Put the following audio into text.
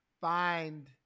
find